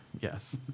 yes